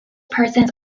persons